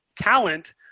talent